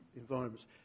environments